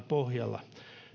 pohjalla